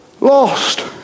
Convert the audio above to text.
lost